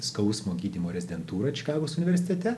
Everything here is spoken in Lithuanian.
skausmo gydymo rezidentūrą čikagos universitete